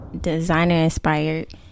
designer-inspired